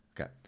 Okay